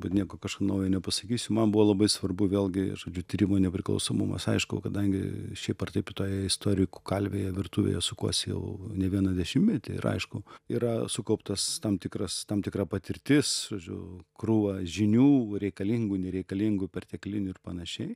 bet nieko kažko naujo nepasakysiu man buvo labai svarbu vėlgi žodžiu tyrimo nepriklausomumas aišku kadangi šiaip ar taip toje istorikų kalvėje virtuvėje sukuosi jau ne vieną dešimtmetį ir aišku yra sukauptas tam tikras tam tikra patirtis žodžiu krūva žinių reikalingų nereikalingų perteklinių ir panašiai